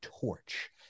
torch